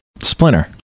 Splinter